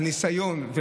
והניסיון,